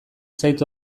zait